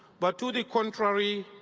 but to the contrary,